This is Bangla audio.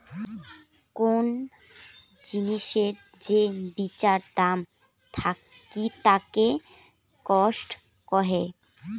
কোন জিনিসের যে বিচার দাম থাকিতাকে কস্ট কহে